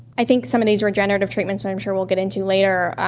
i think some of these regenerative treatments, that i'm sure we'll get into later,